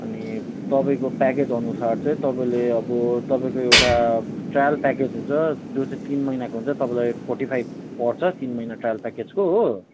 अनि तपाईँको प्याकेजअनुसार चाहिँ तपाईँले अब तपाईँको एउटा ट्रायल प्याकेज हुन्छ जो चाहिँ तिन महिनाको हुन्छ तपाईँलाई फोर्टी फाइभ पर्छ तिन महिना ट्रायल प्याकेजको हो